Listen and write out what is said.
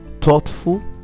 thoughtful